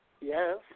Yes